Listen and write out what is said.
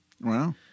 Wow